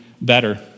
better